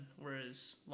whereas